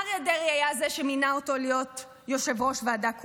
אריה דרעי היה זה שמינה אותו להיות יושב-ראש ועדה קרואה,